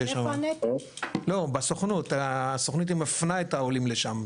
הסוכנות היא מפנה את העולים לשם,